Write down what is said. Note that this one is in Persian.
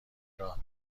راه